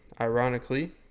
Ironically